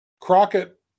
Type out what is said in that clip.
crockett